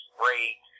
great